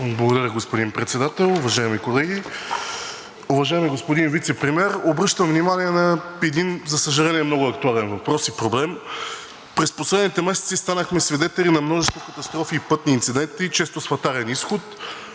Благодаря, господин Председател. Уважаеми колеги, уважаеми господин Вицепремиер, обръщам внимание на един, за съжаление, много актуален въпрос и проблем. През последните месеци станахме свидетели на множество катастрофи и пътни инциденти често с фатален изход.